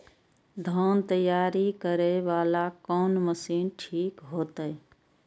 धान तैयारी करे वाला कोन मशीन ठीक होते?